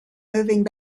moving